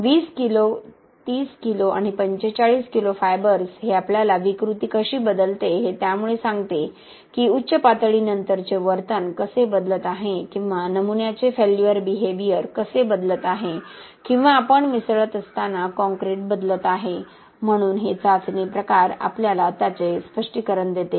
20 KG 30KG आणि 45 KG fibres हे आपल्याला विकृती कशी बदलते हे त्यामुळे सांगते की उच्च पातळीनंतरचे वर्तन कसे बदलत आहे किंवा नमुन्याचे फेल्युअर बिहेव्हिअर कसे बदलत आहे किंवा आपण मिसळत असताना काँक्रीट बदलत आहे म्हणून हे चाचणी प्रकार आपल्याला त्याचे स्पष्टीकरण देते